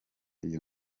iyo